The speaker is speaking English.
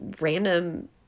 random